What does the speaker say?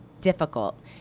Difficult